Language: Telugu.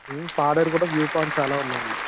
పాడేరు కూడా వ్యూ పాయింట్ చాలా ఉన్నాయి అండి